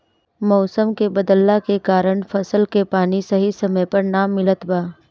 मउसम के बदलला के कारण फसल के पानी सही समय पर ना मिलत बा